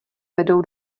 vedou